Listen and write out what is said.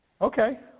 okay